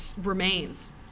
remains